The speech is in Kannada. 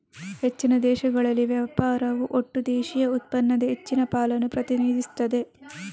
ಹೆಚ್ಚಿನ ದೇಶಗಳಲ್ಲಿ ವ್ಯಾಪಾರವು ಒಟ್ಟು ದೇಶೀಯ ಉತ್ಪನ್ನದ ಹೆಚ್ಚಿನ ಪಾಲನ್ನ ಪ್ರತಿನಿಧಿಸ್ತದೆ